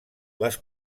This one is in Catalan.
les